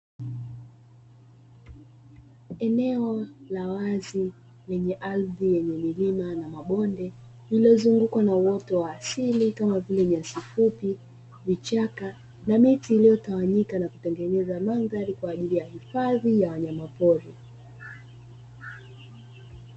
Eneo la wazi lenye ardhi yenye milima na mabonde, lililozungukwa na uoto wa asili kama vile: nyasi fupi, vichaka, na miti iliyotawanyika na kutengeneza mandhari kwa ajili ya hifadhi ya wanyamapori.